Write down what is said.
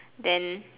then